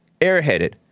airheaded